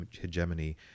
hegemony